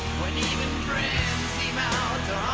when even friends seem out